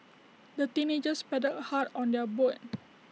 the teenagers paddled hard on their boat